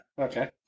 okay